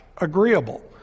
agreeable